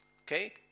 Okay